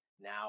now